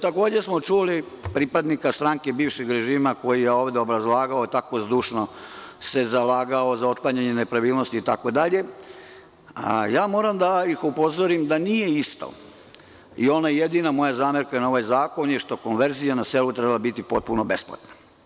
Takođe smo čuli pripadnika stranke bivšeg režima koji je ovde obrazlagao i tako zdušno se zalagao za otklanjanje nepravilnosti itd, ali ja moram da ih upozorim da nije isto i jedina moja zamerka na ovaj zakon je što konverzija na selu treba biti potpuno besplatna.